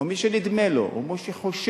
או מי שנדמה לו, או מי שחושש,